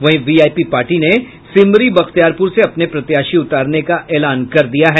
वहीं VIP party ने सिमरी बख्तियारपुर से अपने प्रत्याशी उतारने का एलान कर दिया है